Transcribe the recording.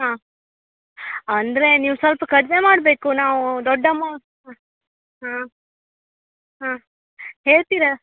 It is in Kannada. ಹಾಂ ಅಂದರೆ ನೀವು ಸ್ವಲ್ಪ ಕಡಿಮೆ ಮಾಡಬೇಕು ನಾವು ದೊಡ್ಡ ಅಮೌ ಹಾಂ ಹಾಂ ಹಾಂ ಹೇಳ್ತೀರಾ